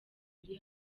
biri